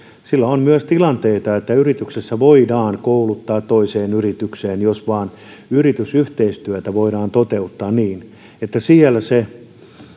sillä on myös tilanteita että yrityksessä voidaan kouluttaa toiseen yritykseen jos vain yritysyhteistyötä voidaan toteuttaa niin että siellä se